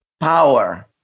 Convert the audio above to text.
Power